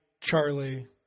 Charlie